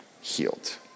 healed